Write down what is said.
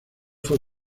fue